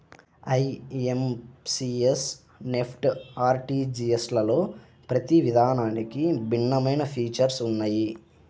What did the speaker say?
IMPS, NEFT, ఆర్టీజీయస్లలో ప్రతి విధానానికి భిన్నమైన ఫీచర్స్ ఉన్నయ్యి